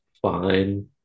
Fine